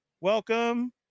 Welcome